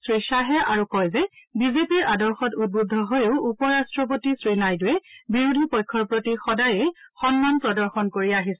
শ্ৰীশ্বাহে আৰু কয় যে বিজেপিৰ আদৰ্শত উদ্বুদ্ধ হৈয়ো উপ ৰাট্টপতি শ্ৰীনাইডুৱে বিৰোধী পক্ষৰ প্ৰতিও সদায়ে সন্মান প্ৰদৰ্শন কৰি আহিছে